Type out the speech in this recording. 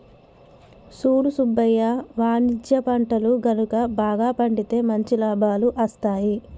సూడు సుబ్బయ్య వాణిజ్య పంటలు గనుక బాగా పండితే మంచి లాభాలు అస్తాయి